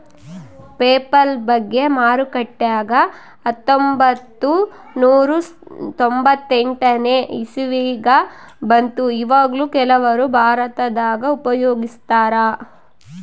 PayPal ಬಗ್ಗೆ ಮಾರುಕಟ್ಟೆಗ ಹತ್ತೊಂಭತ್ತು ನೂರ ತೊಂಬತ್ತೆಂಟನೇ ಇಸವಿಗ ಬಂತು ಈವಗ್ಲೂ ಕೆಲವರು ಭಾರತದಗ ಉಪಯೋಗಿಸ್ತರಾ